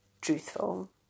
truthful